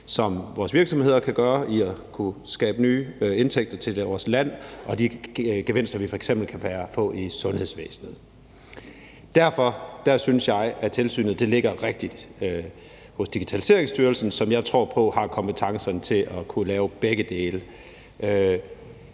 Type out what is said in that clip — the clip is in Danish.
som vores virksomheder kan udnytte for at kunne skabe nye indtægter til vores land. De gevinster kan vi f.eks. få i sundhedsvæsenet. Derfor synes jeg, at tilsynet ligger rigtigt hos Digitaliseringsstyrelsen, som jeg tror på har kompetencerne til at kunne lave begge dele.